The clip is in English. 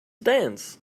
dance